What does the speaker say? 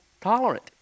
tolerant